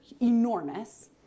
enormous